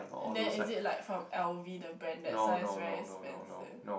and then is it like from l_v the brand that's why very expensive